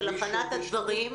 על הכנת הדברים,